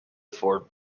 afford